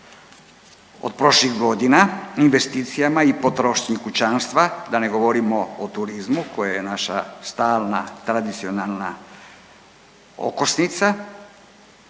od prošlih godina u investicijama i potrošnji kućanstva, da ne govorimo o turizmu koji je naša stalna tradicionalna okosnica,